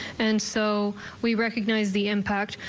and so we recognize the impact.